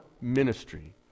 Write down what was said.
ministry